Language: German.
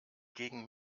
gegen